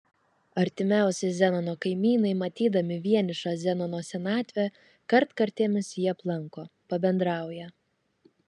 artimiausi zenono kaimynai matydami vienišą zenono senatvę kartkartėmis jį aplanko pabendrauja